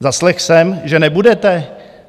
Zaslechl jsem, že nebudete?